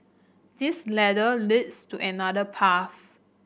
this ladder leads to another path